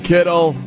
Kittle